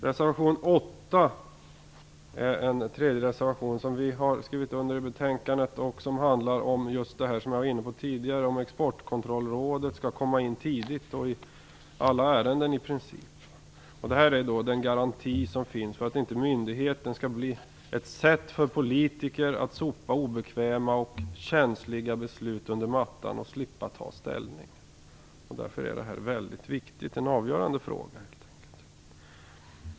Reservation 8 är en tredje reservation som vi skrivit på det här området. Den handlar om att Exportkontrollrådet skall komma in tidigt i princip i alla ärenden. Det ger garantier för att myndigheten inte skall bli ett sätt för politiker att sopa obekväma och känsliga beslut under mattan för att slippa ta ställning. Därför är det en väldigt viktig, helt enkelt avgörande, fråga.